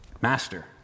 Master